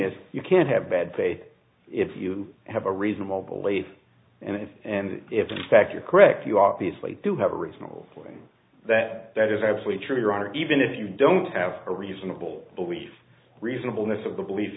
is you can't have bad faith if you have a reasonable belief and if and if in fact you're correct you obviously do have a reasonable feeling that that is absolutely true your honor even if you don't have a reasonable belief reasonableness of the belief